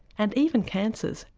and even cancers,